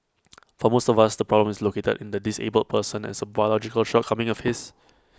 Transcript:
for most of us the problem is located in the disabled person as A biological shortcoming of his